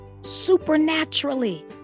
Supernaturally